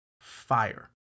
fire